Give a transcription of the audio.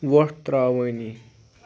وۄٹھ ترٛاوٲنی